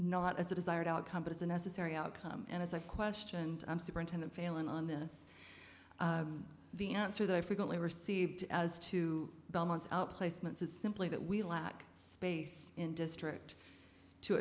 not as a desired outcome but as a necessary outcome and as i questioned superintendent failing on this the answer that i frequently received as to belmont's placements is simply that we lack space in district to